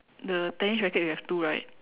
the tennis racket you have two right